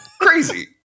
Crazy